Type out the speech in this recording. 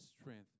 strength